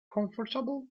comfortable